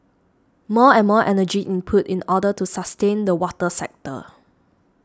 more and more energy input in order to sustain the water sector